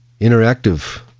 interactive